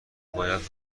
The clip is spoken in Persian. باید